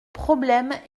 problème